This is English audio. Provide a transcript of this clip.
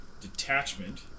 detachment